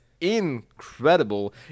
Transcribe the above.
incredible